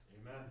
Amen